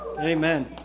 amen